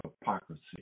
hypocrisy